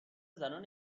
زنان